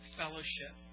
fellowship